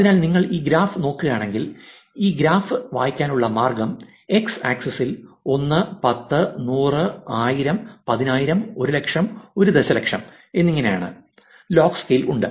അതിനാൽ നിങ്ങൾ ഈ ഗ്രാഫ് നോക്കുകയാണെങ്കിൽ ഈ ഗ്രാഫ് വായിക്കാനുള്ള മാർഗ്ഗം x ആക്സിസിൽ 1 10 100 1000 10000 100000 1 ദശലക്ഷം എന്നിങ്ങനെയാണ് ലോഗ് സ്കെയിൽ ഉണ്ട്